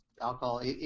alcohol